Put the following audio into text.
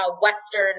Western